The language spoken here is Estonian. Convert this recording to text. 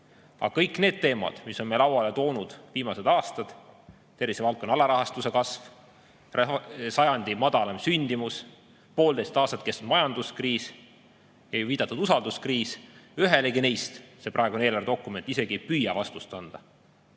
Aga kõik need teemad, mis on meie lauale toonud viimased aastad – tervisevaldkonna alarahastuse kasv, sajandi madalaim sündimus, poolteist aastat kestnud majanduskriis ja juba viidatud usalduskriis –, ühelegi neist see praegune eelarvedokument isegi ei püüa vastust anda.